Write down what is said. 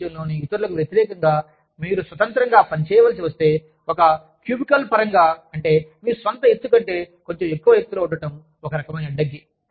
ప్రపంచంలోని ఇతరులకు వ్యతిరేకంగా మీరు స్వతంత్రంగా పని చేయవలసి వస్తే ఒక క్యూబికల్ పరంగా అంటే మీ స్వంత ఎత్తు కంటే కొంచెం ఎక్కువ ఎత్తులో ఉండటం ఒకరకమైన అడ్డంకి